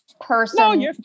person